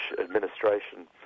administration